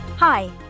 Hi